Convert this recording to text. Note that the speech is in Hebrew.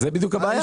זאת בדיוק הבעיה.